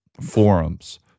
forums